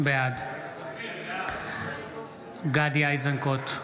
בעד גדי איזנקוט,